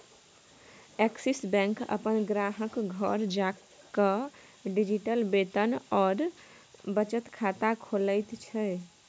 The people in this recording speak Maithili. एक्सिस बैंक अपन ग्राहकक घर जाकए डिजिटल वेतन आओर बचत खाता खोलैत छै